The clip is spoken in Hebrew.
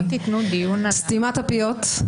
סתימת הפיות,